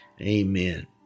Amen